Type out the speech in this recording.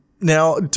now